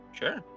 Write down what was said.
Sure